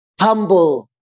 humble